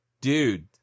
dude